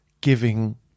giving